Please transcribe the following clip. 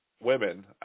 women